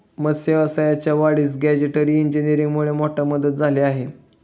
मत्स्य व्यवसायाच्या वाढीस गॅजेटरी इंजिनीअरिंगमुळे मोठी मदत झाली आहे